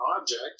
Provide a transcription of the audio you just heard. object